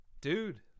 Dude